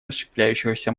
расщепляющегося